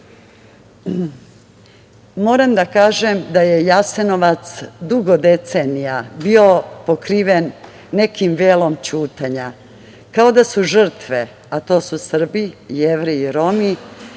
da kažem da je Jasenovac dugo decenija bio pokriven nekim velom ćutanja, kao da su žrtve, a to su Srbi, Jevreji i Romi,